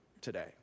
today